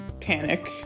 panic